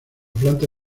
planta